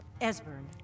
Esbern